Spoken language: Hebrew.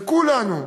לכולנו,